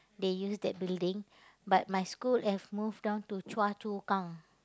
they use that building but my school have move down to Choa-Chu-Kang